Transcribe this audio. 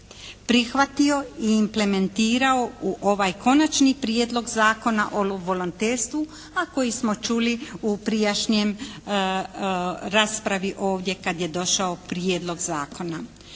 prihvatio i implementirao u ovaj Konačni prijedlog Zakona o volonterstvu, a koji smo čuli u prijašnjem raspravi ovdje kad je došao prijedlog zakona.